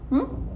hmm